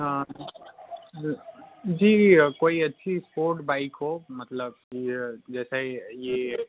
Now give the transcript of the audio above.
हाँ जी जी कोई अच्छी स्पोर्ट बाइक हो मतलब कि जैसे ये